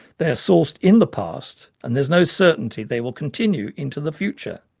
they are sourced in the past and there is no certainty they will continue into the future.